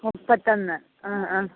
മുപ്പത്തൊന്ന് ആ ആ